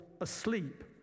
asleep